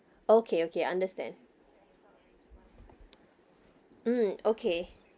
okay okay understand mm okay